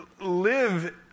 live